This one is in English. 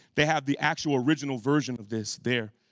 they have the actual original version of this there.